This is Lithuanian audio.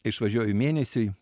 išvažiuoju mėnesiui